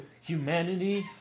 Humanity